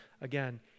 Again